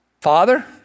Father